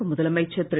தமிழக முதலமைச்சர் திரு